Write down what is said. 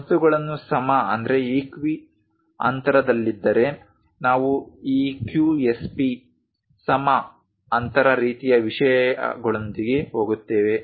ವಸ್ತುಗಳನ್ನು ಸಮ ಅಂತರದಲ್ಲಿದ್ದರೆ ನಾವು EQSP ಸಮ ಅಂತರ ರೀತಿಯ ವಿಷಯಗಳೊಂದಿಗೆ ಹೋಗುತ್ತೇವೆ